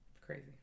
Crazy